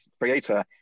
creator